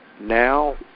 now